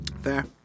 Fair